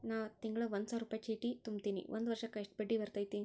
ನಾನು ತಿಂಗಳಾ ಒಂದು ಸಾವಿರ ರೂಪಾಯಿ ಚೇಟಿ ತುಂಬತೇನಿ ಒಂದ್ ವರ್ಷಕ್ ಎಷ್ಟ ಬಡ್ಡಿ ಬರತೈತಿ?